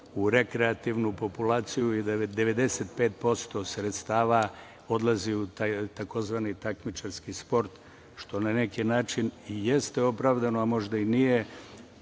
u rekreativnu populaciju i 95% sredstava odlazi u tzv. takmičarski sport, što na neki način i jeste opravdano, a možda i nije.